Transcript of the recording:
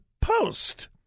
post